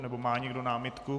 Nebo má někdo námitku?